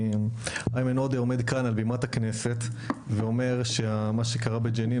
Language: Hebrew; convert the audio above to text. איימן עודה עומד כאן על בימת הכנסת ואומר שמה שקרה בג'נין,